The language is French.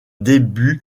début